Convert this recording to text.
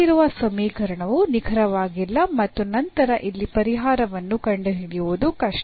ಕೊಟ್ಟಿರುವ ಸಮೀಕರಣವು ನಿಖರವಾಗಿಲ್ಲ ಮತ್ತು ನಂತರ ಇಲ್ಲಿ ಪರಿಹಾರವನ್ನು ಕಂಡುಹಿಡಿಯುವುದು ಕಷ್ಟ